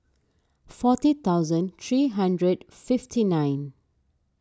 forty thousand three hundred fifty nine